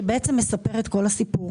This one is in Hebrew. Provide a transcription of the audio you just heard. שמספר את כל הסיפור.